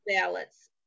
ballots